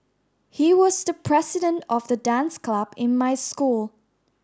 he was the president of the dance club in my school